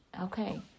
Okay